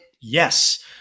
Yes